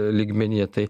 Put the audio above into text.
lygmenyje tai